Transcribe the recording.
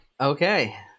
Okay